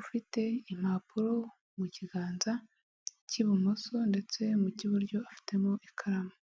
ufite impapuro mu kiganza cy'ibumoso ndetse mu cy'iburyo afitemo ikaramu.